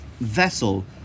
vessel